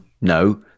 no